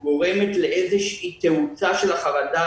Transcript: התקשורת גורמת לאיזו תאוצה של החרדה